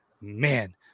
Man